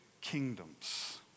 kingdoms